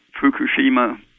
Fukushima